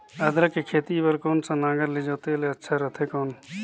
अदरक के खेती बार कोन सा नागर ले जोते ले अच्छा रथे कौन?